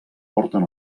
porten